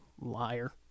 Liar